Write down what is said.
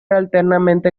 altamente